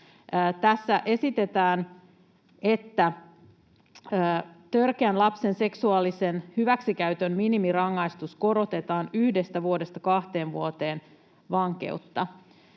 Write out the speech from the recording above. Tässä esitetään, että törkeän lapsen seksuaalisen hyväksikäytön minimirangaistus korotetaan yhdestä vuodesta kahteen vuoteen vankeutta.